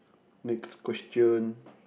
next question